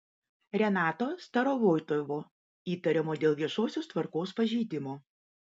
renato starovoitovo įtariamojo dėl viešosios tvarkos pažeidimo